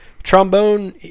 Trombone